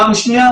פעם שנייה